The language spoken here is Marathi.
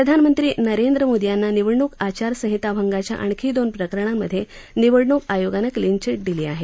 प्रधानमंत्री नरेंद्र मोदी यांना निवडणूक आचारसंहिता भंगाच्या आणखी दोन प्रकरणांमधे निवडणूक आयोगानं क्लीन चीट दिली आहे